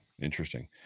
Interesting